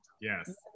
yes